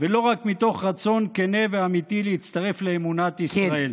ולא רק מתוך רצון כנה ואמיתי להצטרף לאמונתי ישראל.